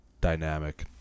Dynamic